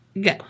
go